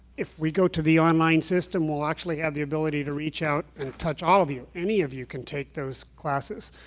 if we go to the online system, we'll actually have the ability to reach out and touch all of you. any of you can take those classes.